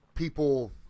People